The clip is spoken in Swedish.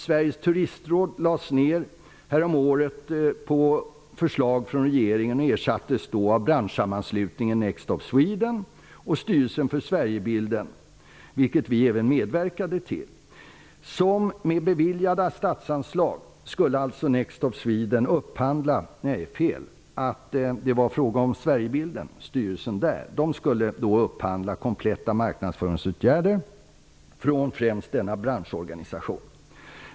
Sveriges Turistråd lades som bekant ned häromåret på förslag från regeringen och ersattes med branschsammanslutningen Next Stop Sweden och Styrelsen för Sverigebilden, vilket vi medverkade till. Styrelsen för Sverigebilden skulle med beviljade statsanslag upphandla kompletta marknadsföringsåtgärder från främst denna branschorganisation.